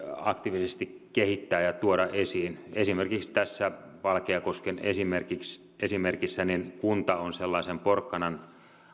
aktiivisesti kehittää ja tuoda esiin esimerkiksi tässä valkeakosken esimerkissä kunta on sellaisen porkkanan